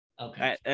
Okay